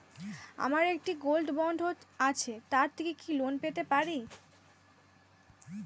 আমার একটি gold bond আছে তার থেকে কি লোন পেতে পারি?